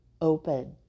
open